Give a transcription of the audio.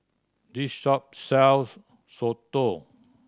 this shop sells soto